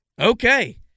Okay